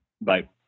Bye